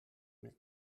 min